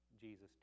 Jesus